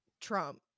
Trump